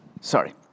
Sorry